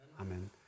Amen